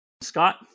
Scott